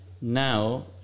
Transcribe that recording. now